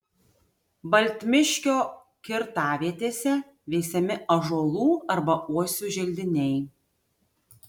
baltmiškio kirtavietėse veisiami ąžuolų arba uosių želdiniai